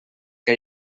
que